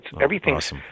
everything's